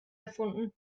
erfunden